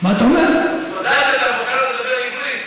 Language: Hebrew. אני תמיד מדבר בעברית,